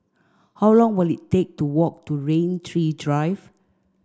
how long will it take to walk to Rain Tree Drive